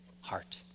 heart